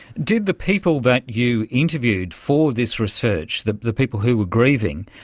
did the people that you interviewed for this research, the the people who were grieving,